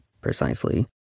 precisely